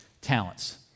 talents